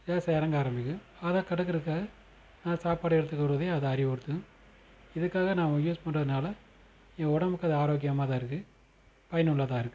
லேசாக இறங்க ஆரம்பிக்கும் அதை தடுக்கிறக்காக நான் சாப்பாடு எடுத்துக் கொள்வதை அது அறிவுறுத்தும் இதுக்காக நான் யூஸ் பண்ணுறதுனால என் உடம்புக்கு அது ஆரோக்கியமாகதான் இருக்குது பயனுள்ளதாக இருக்குது